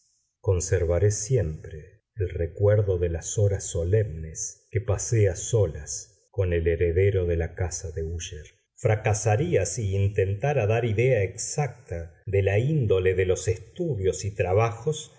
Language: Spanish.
conservaré siempre el recuerdo de las horas solemnes que pasé a solas con el heredero de la casa de úsher fracasaría si intentara dar idea exacta de la índole de los estudios y trabajos